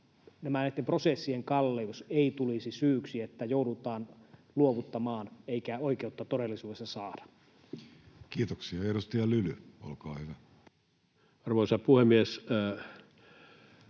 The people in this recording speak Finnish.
prosessien kalleus ei tulisi syyksi, että joudutaan luovuttamaan eikä oikeutta todellisuudessa saada. Kiitoksia. — Edustaja Lyly, olkaa hyvä. Arvoisa puhemies!